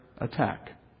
attack